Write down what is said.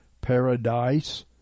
Paradise